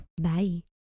Bye